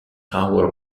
tower